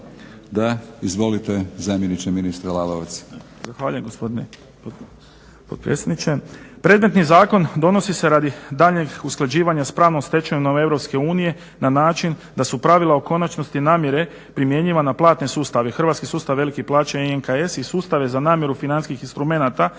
Da. Izvolite, zamjeniče ministra Lalovac.